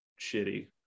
shitty